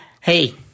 Hey